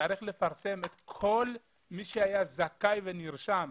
צריך לפרסם את כל מי שהיה זכאי ונרשם,